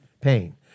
pain